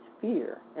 fear